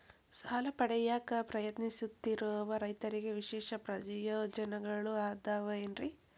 ಸಾಲ ಪಡೆಯಾಕ್ ಪ್ರಯತ್ನಿಸುತ್ತಿರುವ ರೈತರಿಗೆ ವಿಶೇಷ ಪ್ರಯೋಜನಗಳು ಅದಾವೇನ್ರಿ?